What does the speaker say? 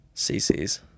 cc's